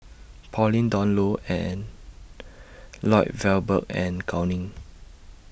Pauline Dawn Loh and Lloyd Valberg and Gao Ning